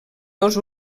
dos